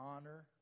honor